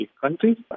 countries